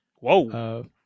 Whoa